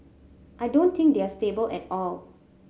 I don't think they are stable at all